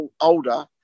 older